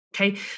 Okay